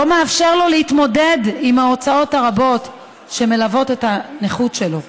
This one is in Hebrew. לא מאפשר לו להתמודד עם ההוצאות הרבות שמלוות את הנכות שלו.